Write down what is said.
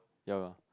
ya lah